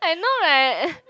I know right